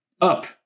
Up